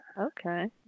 okay